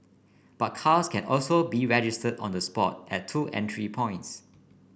but cars can also be registered on the spot at two entry points